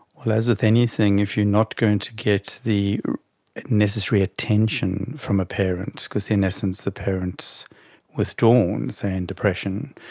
well, as with anything, if you're not going to get the necessary attention from a parent, because in essence the parent is withdrawn, say in depression,